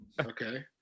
okay